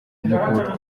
byubaka